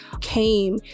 came